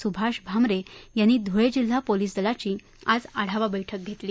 सुभाष भामरे यांनी धुळे जिल्हा पोलीस दलाची आज आढावा बठ्क्क घेतली